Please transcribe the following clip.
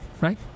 right